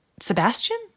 Sebastian